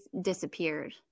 disappeared